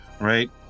Right